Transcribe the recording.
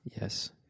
Yes